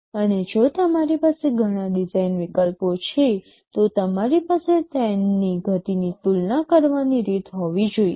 અને જો તમારી પાસે ઘણા ડિઝાઇન વિકલ્પો છે તો તમારી પાસે તેમની ગતિની તુલના કરવાની રીત હોવી જોઈએ